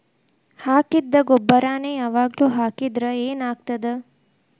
ಹಾಕಿದ್ದ ಗೊಬ್ಬರಾನೆ ಯಾವಾಗ್ಲೂ ಹಾಕಿದ್ರ ಏನ್ ಆಗ್ತದ?